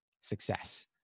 success